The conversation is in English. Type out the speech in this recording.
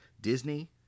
Disney